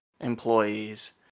employees